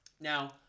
now